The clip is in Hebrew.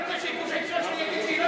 אתה רוצה שאני אגיד שגוש-עציון זה לא התנחלות?